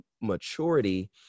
maturity